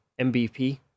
MVP